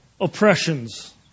oppressions